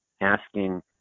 asking